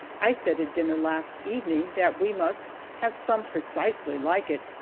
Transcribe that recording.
i said at dinner last evening that we must have some precisely like it,